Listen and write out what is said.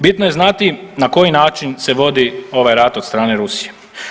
Bitno je znati na koji način se vodi ovaj rat od strane Rusije.